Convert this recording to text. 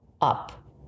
up